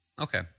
Okay